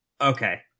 Okay